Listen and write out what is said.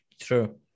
true